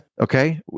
Okay